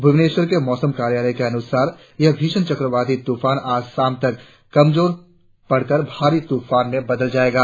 भुवनेश्वर के मौसम कार्यालय के अनुसार यह भीषण चक्रवाती तुफान आज शाम तक कमजोर पड़कर भारी तूफान में बदल जाएगा